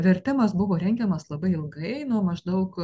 vertimas buvo rengiamas labai ilgai nuo maždaug